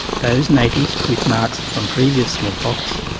those natives with marks from previous smallpox,